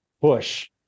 push